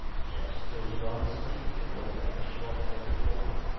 yes, there was no mistake, it was as short as before,